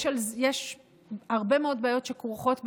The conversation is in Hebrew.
יש הרבה מאוד בעיות שכרוכות בזה,